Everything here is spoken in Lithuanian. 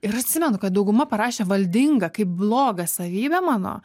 ir atsimenu kad dauguma parašė valdinga kaip blogą savybę mano